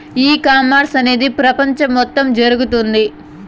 ఈ కామర్స్ అనేది ప్రపంచం మొత్తం జరుగుతోంది